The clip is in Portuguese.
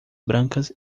brancas